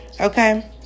Okay